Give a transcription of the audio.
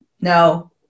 No